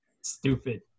stupid